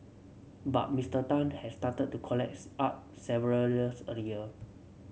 but Mister Tan had started to collects art several years earlier